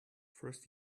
first